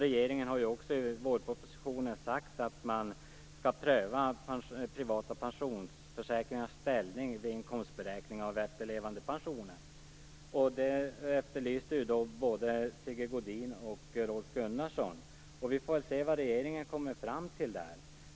Regeringen har också i vårpropositionen sagt att man skall pröva privata pensionsförsäkringars ställning vid inkomstberäkning av efterlevandepensionen. Det efterlyste ju både Sigge Godin och Rolf Gunnarsson. Vi får väl se vad regeringen kommer fram till.